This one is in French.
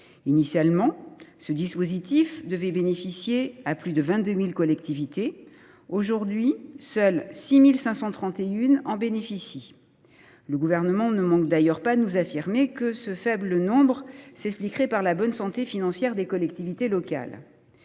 Initialement, ce dispositif devait profiter à plus de 22 000 collectivités. Aujourd’hui, seules 6 531 d’entre elles en bénéficient, et le Gouvernement ne manque pas de nous affirmer que ce faible nombre s’expliquerait par la bonne santé financière des collectivités locales.